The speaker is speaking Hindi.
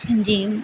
जी